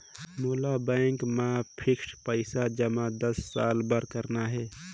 मोला बैंक मा फिक्स्ड पइसा जमा दस साल बार करना हे?